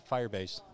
Firebase